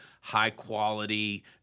high-quality